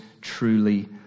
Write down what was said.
truly